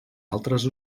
altres